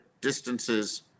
distances